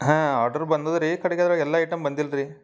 ಹಾಂ ಆರ್ಡರ್ ಬಂದದ ರೀ ಕಡಿಕ್ ಅದ್ರಾಗ ಎಲ್ಲ ಐಟಮ್ ಬಂದಿಲ್ಲ ರೀ